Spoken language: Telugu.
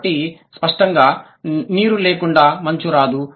కాబట్టి స్పష్టంగా నీరు లేకుండా మంచు రాదు